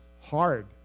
hard